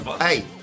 hey